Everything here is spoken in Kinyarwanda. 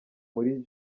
muri